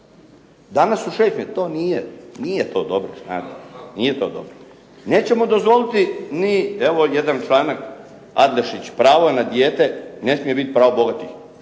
To nije, nije to dobro. Nećemo dozvoliti ni evo, jedan članak Adlešić, pravo na dijete ne smije ... Nećemo dozvoliti